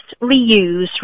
reuse